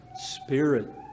Spirit